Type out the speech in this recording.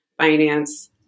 finance